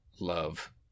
love